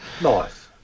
Nice